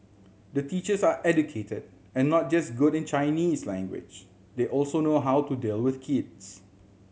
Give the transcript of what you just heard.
the teachers are educated and not just good in Chinese language they also know how to deal with kids